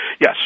yes